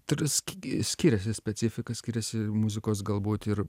trisk skiriasi specifika skiriasi muzikos galbūt ir